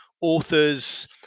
authors